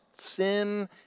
sin